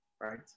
right